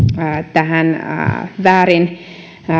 tähän väärin